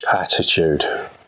attitude